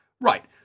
Right